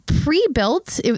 pre-built